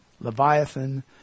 Leviathan